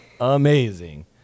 amazing